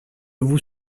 vous